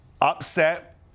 upset